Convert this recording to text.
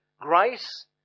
grace